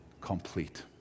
complete